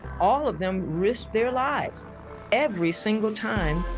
all of them risked their lives every single time